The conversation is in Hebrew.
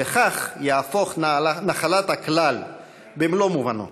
וכך יהפוך נחלת הכלל במלוא מובנו.